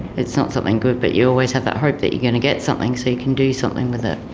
it's not something good, but you always have that hope that you're going to get something so you can do something with it.